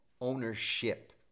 ownership